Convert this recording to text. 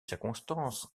circonstances